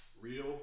Real